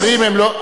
הדברים הם לא,